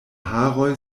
haroj